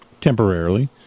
temporarily